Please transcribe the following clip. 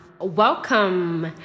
welcome